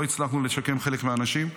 לא הצלחנו לשקם חלק מהאנשים.